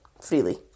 freely